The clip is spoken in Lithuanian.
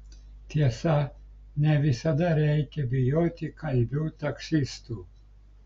tiesa ne visada reikia bijoti kalbių taksistų